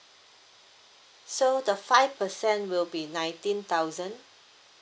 so the five percent will be nineteen thousand